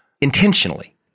intentionally